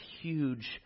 huge